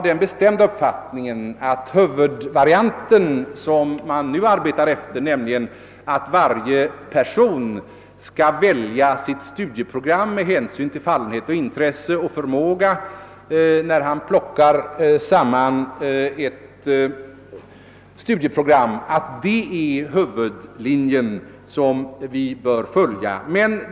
Min bestämda uppfattning är att den huvudvariant som man nu arbetar efter, alltså att varje person skall välja studieprogram med hänsyn till fallenhet, intresse och förmåga, är den huvudlinje vi bör följa.